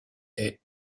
est